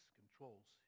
controls